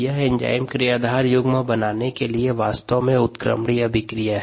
यह एंजाइम क्रियाधार युग्म बनाने के लिए वास्तव में उत्क्रमणीय अभिक्रिया है